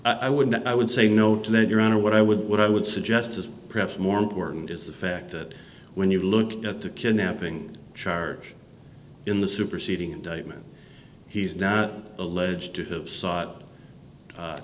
i would not i would say no to lead your honor what i would what i would suggest as perhaps more important is the fact that when you look at the kidnapping charge in the superseding indictment he's not alleged